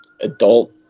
adult